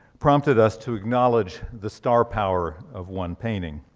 prompted us to acknowledge the star power of one painting.